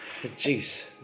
Jeez